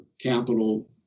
capital